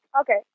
okay